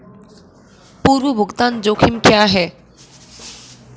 पूर्व भुगतान जोखिम क्या हैं?